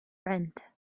friend